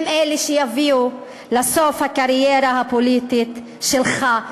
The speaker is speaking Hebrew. הם אלה שיביאו לסוף הקריירה הפוליטית שלך,